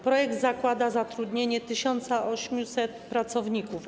Projekt zakłada zatrudnienie 1800 pracowników.